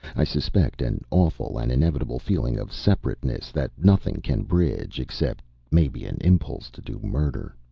i suspect an awful and inevitable feeling of separateness that nothing can bridge except maybe an impulse to do murder.